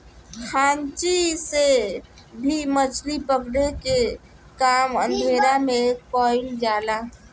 खांची से भी मछली पकड़े के काम अंधेरा में कईल जाला